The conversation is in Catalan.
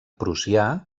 prussià